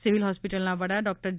civil હોસ્પિટલના વડા doctor જે